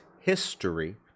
history